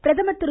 பிரதமர் திரு